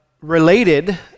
related